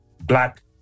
black